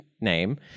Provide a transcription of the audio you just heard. name